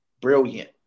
brilliant